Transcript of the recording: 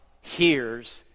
hears